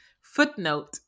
footnote